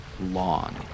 long